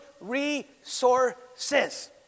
resources